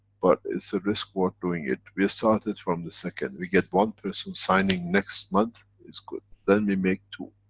but it's a risk worth doing it. we start it from the second. we get one person signing next month it's good, then we make two.